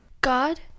God